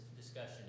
discussion